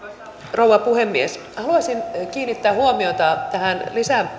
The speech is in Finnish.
rouva puhemies haluaisin kiinnittää huomiota tähän